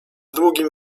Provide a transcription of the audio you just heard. długim